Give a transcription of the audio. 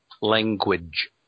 language